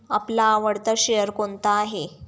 आपला आवडता शेअर कोणता आहे?